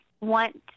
want